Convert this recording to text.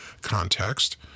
context